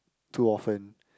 too often